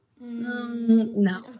No